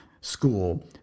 school